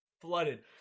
flooded